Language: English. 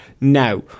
now